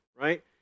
right